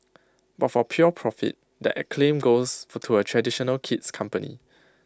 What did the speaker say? but for pure profit that acclaim goes for to A traditional kid's company